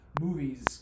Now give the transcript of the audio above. movies